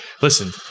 listen